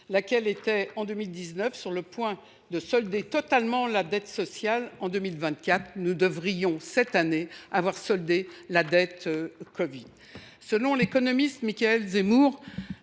laquelle était, en 2019, sur le point de solder totalement la dette sociale en 2024. Nous devrions cette année avoir soldé la dette covid. Selon l’économiste Mickaël Zemmour,